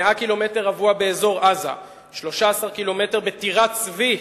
100 קמ"ר באזור עזה, 13 ק"מ בטירת-צבי,